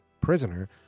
prisoner